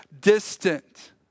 distant